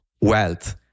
Wealth